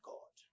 God